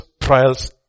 trials